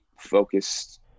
focused